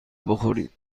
بخورید